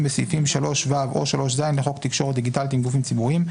בסעיפים 3ו או 3ז לחוק תקשורת דיגיטלית עם גופים ציבוריים,